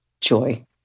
joy